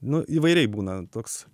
nu įvairiai būna toks